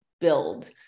build